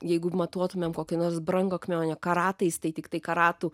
jeigu matuotumėm kokio nors brangakmenio karatais tai tiktai karatų